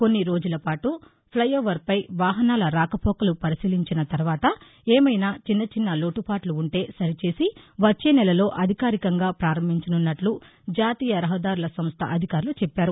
కొన్ని రోజులపాటు flyover పై వాహనాల రాకపోకలు పరిశీలించిన తర్వాత ఏమైనా చిన్న చిన్న లోటుపాట్లంటే సరిచేసి వచ్చే నెల లో అధికారికంగా పారంభించనున్నట్ల జాతీయ రహదారుల సంస్థ అధికారులు చెప్పారు